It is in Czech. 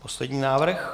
Poslední návrh?